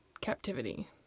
captivity